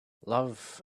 love